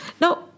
Now